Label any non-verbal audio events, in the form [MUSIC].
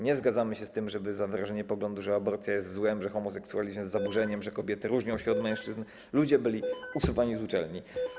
Nie zgadzamy się z tym, żeby za wyrażenie poglądu, że aborcja jest złem, że homoseksualizm jest zaburzeniem, [NOISE] że kobiety różnią się od mężczyzn, ludzie byli usuwani z uczelni.